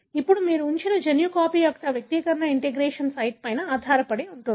ఇప్పుడు మీరు ఉంచిన జన్యు కాపీ యొక్క వ్యక్తీకరణ ఇంటిగ్రేషన్ సైట్ మీద ఆధారపడి ఉంటుంది